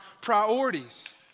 priorities